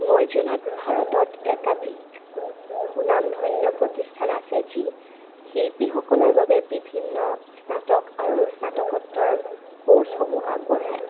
মই জনাত ভাৰতত একাধিক সুনাম ধন্য প্ৰতিষ্ঠান আছে যি শিল্পীসকলৰ বাবে বিভিন্ন স্নাতক আৰু স্নাতকোত্তৰ কৰ্ছসমূহ আগবঢ়ায়